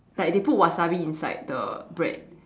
like they put wasabi inside the bread